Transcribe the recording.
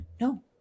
no